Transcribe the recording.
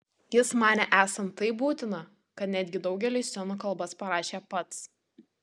jis manė esant taip būtina kad netgi daugeliui scenų kalbas parašė pats